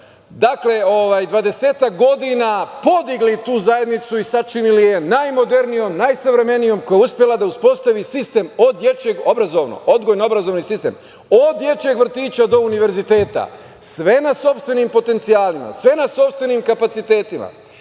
dvadesetak godina podigli tu zajednicu i sačinili je najmodernijom, najsavremenijom, koja je uspela da uspostavi sistem od dečijeg obrazovnog, odgojno-obrazovni sistem, od dečijeg vrtića do univerziteta, sve na sopstvenim potencijalima, sve na sopstvenim kapacitetima,